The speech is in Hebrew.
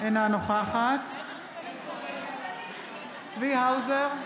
אינה נוכחת צבי האוזר,